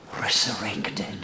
resurrected